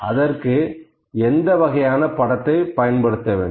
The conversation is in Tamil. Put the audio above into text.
அதற்கு எந்த வகையான படத்தை பயன்படுத்த வேண்டும்